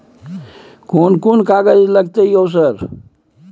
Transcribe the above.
कोन कौन कागज लगतै है सर?